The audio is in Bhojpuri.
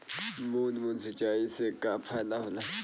बूंद बूंद सिंचाई से का फायदा होला?